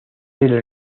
del